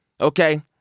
okay